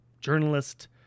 journalist